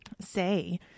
say